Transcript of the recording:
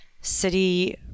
city